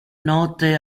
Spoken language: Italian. notte